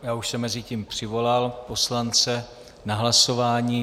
Já už jsem mezitím přivolal poslance na hlasování.